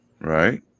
right